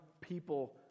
people